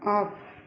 off